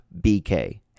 BK